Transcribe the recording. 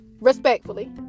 respectfully